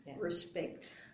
respect